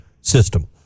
system